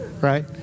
right